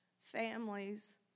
families